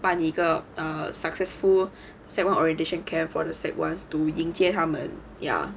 办一个 err successful sec one orientation camp for the sec one to 迎接他们 ya